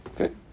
Okay